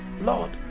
Lord